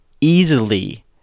easily